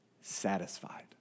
satisfied